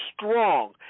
strong